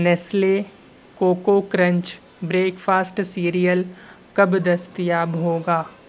Nestle Koko Krunch breakfast cereal کب دستیاب ہوگا